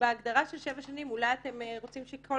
ובהגדרה של שבע שנים אולי אתם רוצים שכל